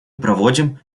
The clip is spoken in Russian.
проводим